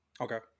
okay